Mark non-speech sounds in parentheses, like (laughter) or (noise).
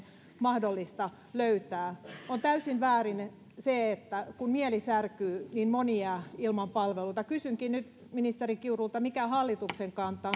mahdollista löytää on täysin väärin se että kun mieli särkyy moni jää ilman palveluita kysynkin nyt ministeri kiurulta mikä on hallituksen kanta (unintelligible)